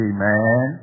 Amen